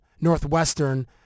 Northwestern